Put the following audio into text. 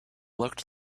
looked